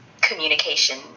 communication